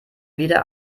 wieder